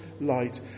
light